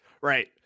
Right